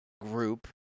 group